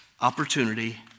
opportunity